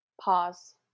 Pause